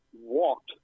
walked